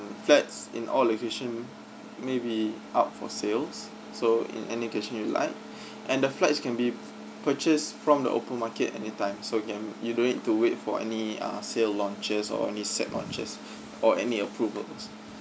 flats in all location maybe out for sales so in any case you like and the flats can be purchased from the open market anytime so you um you don't need to wait for any uh sale launches or any set launches or any approvals